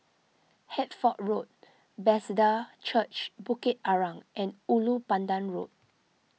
Hertford Road Bethesda Church Bukit Arang and Ulu Pandan Road